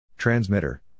Transmitter